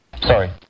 Sorry